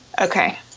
okay